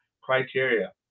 criteria